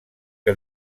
que